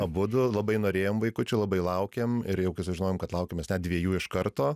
abudu labai norėjom vaikučių labai laukėm ir jau kai sužinojom kad laukiamės net dviejų iš karto